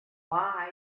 why